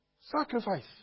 Sacrifice